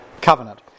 covenant